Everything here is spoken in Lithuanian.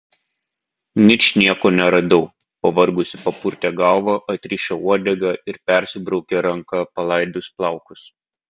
ničnieko neradau pavargusi papurtė galvą atrišo uodegą ir persibraukė ranka palaidus plaukus